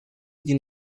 din